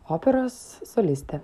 operos solistė